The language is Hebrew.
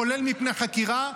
כולל מפני חקירה,